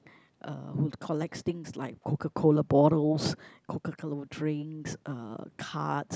uh who collects things like Coca-Cola bottles Coca-Cola drinks uh cards